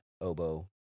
oboe